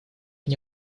мне